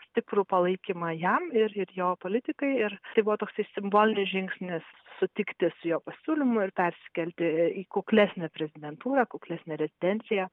stiprų palaikymą jam ir jo politikai ir tai buvo toksai simbolinis žingsnis sutikti su jo pasiūlymu ir persikelti į kuklesnę prezidentūrą kuklesnę rezidenciją